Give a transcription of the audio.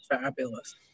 fabulous